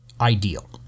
ideal